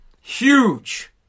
Huge